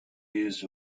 used